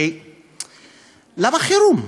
למה חירום?